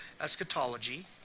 eschatology